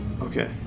Okay